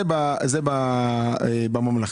זה בממלכתי.